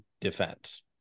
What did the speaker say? defense